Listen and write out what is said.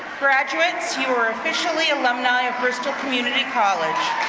graduates, you are officially alumni of bristol community college.